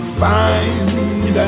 find